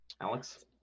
Alex